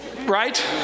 right